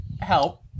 help